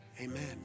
Amen